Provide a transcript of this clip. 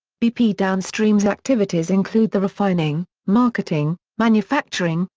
bp downstream's activities include the refining, marketing, manufacturing,